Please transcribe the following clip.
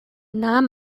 nahm